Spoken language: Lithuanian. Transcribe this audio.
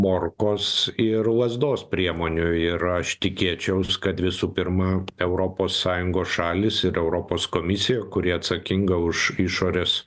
morkos ir lazdos priemonių ir aš tikėčiaus kad visų pirma europos sąjungos šalys ir europos komisija kuri atsakinga už išorės